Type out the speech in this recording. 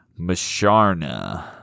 Masharna